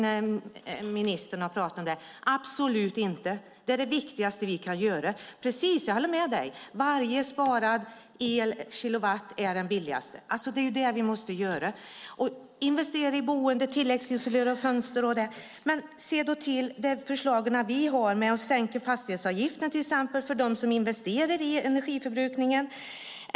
Så är det absolut inte. Det är det viktigaste vi kan göra. Jag håller med dig. Varje sparad kilowatt är den billigaste. Det är det här vi måste göra. Det handlar om att investera i boende och att tilläggsisolera fönster. Men se då de förslag som vi har om att till exempel sänka fastighetsavgiften för dem som investerar i fråga om energiförbrukningen!